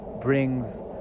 brings